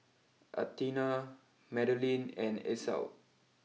Athena Madalynn and Esau